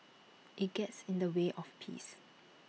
IT gets in the way of peace